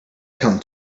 come